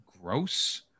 gross